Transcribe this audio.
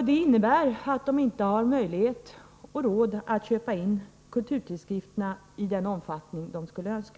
Detta innebär att de inte har möjlighet och inte har råd att köpa in kulturtidskrifterna i den omfattning som de skulle önska.